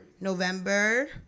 November